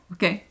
Okay